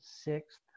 sixth